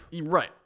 Right